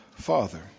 Father